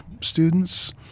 students